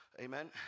amen